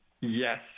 Yes